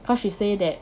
cause she say that